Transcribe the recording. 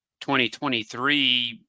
2023